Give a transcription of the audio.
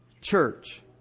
church